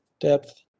depth